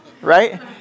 right